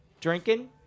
Drinking